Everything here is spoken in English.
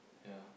yeah